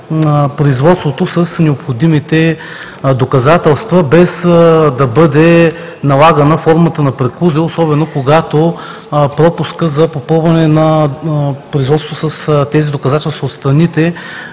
производството с необходимите доказателства, без да бъде налагана формата на преклузия, особено когато пропускът за попълване на производството с тези доказателства от страните